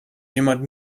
jemand